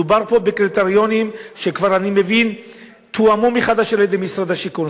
מדובר פה בקריטריונים שכבר אני מבין שתואמו מחדש על-ידי משרד השיכון.